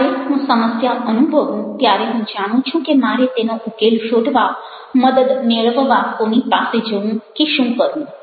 જ્યારે હું સમસ્યા અનુભવું ત્યારે હું જાણું છું કે મારે તેનો ઉકેલ શોધવા મદદ મેળવવા કોની પાસે જવું કે શું કરવું